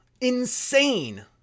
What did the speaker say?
Insane